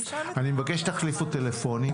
אני מבקש שתחליפו טלפונים.